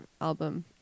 album